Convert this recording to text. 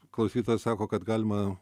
klausytojas sako kad galima